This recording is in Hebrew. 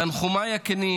תנחומיי הכנים